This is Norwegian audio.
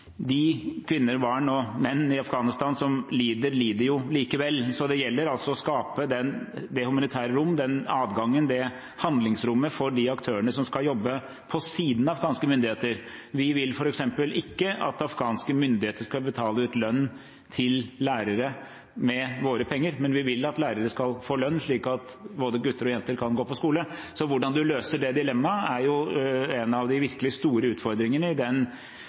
kvinner, barn og menn i Afghanistan som lider, lider jo likevel – å skape et humanitært rom, den adgangen og det handlingsrommet for de aktørene som skal jobbe på siden av afghanske myndigheter. Vi vil f.eks. ikke at afghanske myndigheter skal betale ut lønn til lærere med våre penger, men vi vil at lærere skal få lønn, slik at både gutter og jenter kan gå på skole. Hvordan man løser det dilemmaet, er en av de virkelig store utfordringene i den